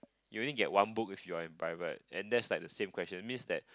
you only get one book if you're in private and that's like the same question means that